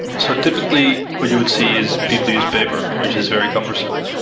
so typically, what you would see is people use paper, which is very cumbersome,